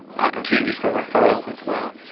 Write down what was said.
opportunities for referrals as well.